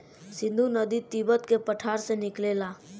सिन्धु नदी तिब्बत के पठार से निकलेला